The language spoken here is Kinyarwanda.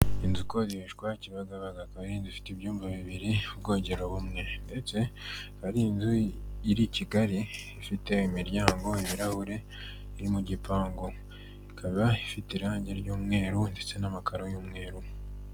Inzu ikoshwa Kibagabaga akaba ari inzu ifite ibyumba bibiri, ubwogero bumwe ndetse ari inzu iri Kigali ifite imiryango, ibirahure iri mu gipangu ikaba ifite irangi ry'umweru ndetse n'amakararo y'umweru.